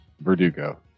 Verdugo